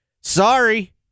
Sorry